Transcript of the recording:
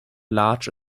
large